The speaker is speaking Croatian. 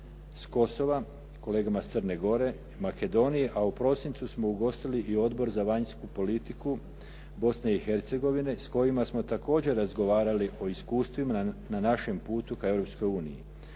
s Kosova, kolegama iz Crne Gore i Makedonije, a u prosincu smo ugostili i Odbor za vanjsku politiku Bosne i Hercegovine s kojima smo također razgovarali o iskustvima na našem putu ka